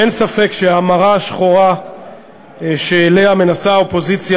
אין ספק שהמרה השחורה שאליה מנסה האופוזיציה